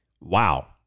Wow